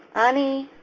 aanii.